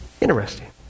Interesting